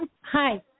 Hi